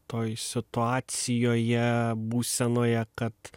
toj situacijoje būsenoje kad